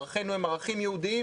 ערכינו הם ערכים יהודיים